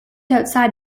outside